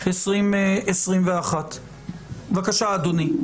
בבקשה אדוני.